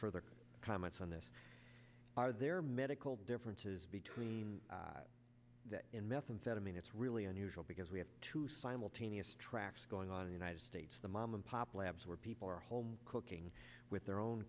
further comments on this are there medical differences between methamphetamine it's really unusual because we have two simultaneous tracks going on the united states the mom and pop labs where people are home cooking with their own